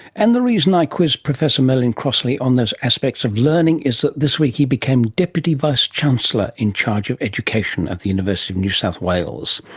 and the reason i quizzed professor merlin crossley on those aspects of learning is that this week he became deputy vice chancellor in charge of education at the university of new south wales.